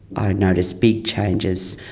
i'd notice big changes.